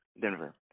Denver